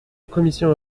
commission